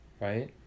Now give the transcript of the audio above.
right